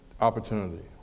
opportunity